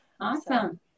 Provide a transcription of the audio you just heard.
Awesome